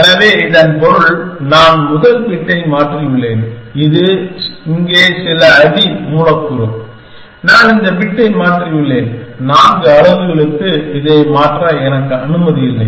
எனவே இதன் பொருள் நான் முதல் பிட்டை மாற்றியுள்ளேன் இது இங்கே சில அடி மூலக்கூறு நான் இந்த பிட்டை மாற்றியுள்ளேன் நான்கு அலகுகளுக்கு இதை மாற்ற எனக்கு அனுமதி இல்லை